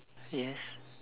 yes